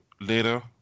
later